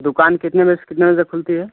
दुकान कितने बजे से कितने बजे तक खुलती है